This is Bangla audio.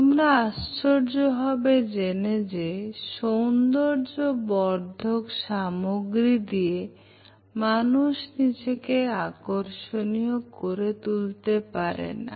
তোমরা আশ্চর্য হবে জেনে যে সৌন্দর্য বর্ধক সামগ্রী দিয়ে মানুষ নিজেকে আকর্ষণীয় করে তুলতে পারে না